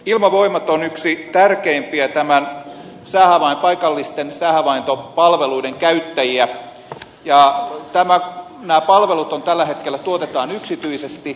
ilmavoimat on yksi tärkeimpiä paikallisten säähavaintopalveluiden käyttäjiä ja nämä palvelut tällä hetkellä tuotetaan yksityisesti